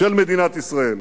של מדינת ישראל.